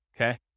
okay